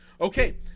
Okay